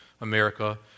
America